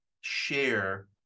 share